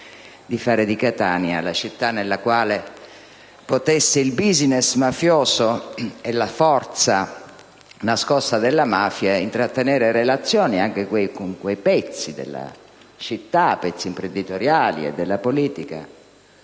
di fare di Catania la città nella quale il *business* mafioso e la forza nascosta della mafia potessero intrattenere relazioni anche con quei pezzi della città - pezzi imprenditoriali e della politica